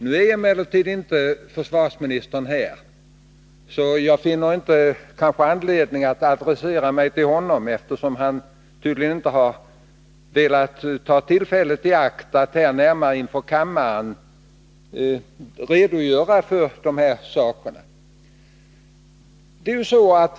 Nu är emellertid inte försvarsministern här, och jag finner därför inte anledning att adressera mig till honom. Han har tydligen inte velat ta tillfället i akt att närmare inför kammaren redogöra för dessa saker.